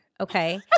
Okay